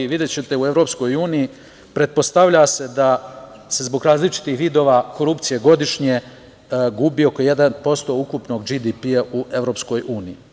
Videćete, u EU se pretpostavlja da se zbog različitih vidova korupcije godišnje gubi oko 1% ukupnog BDP u EU.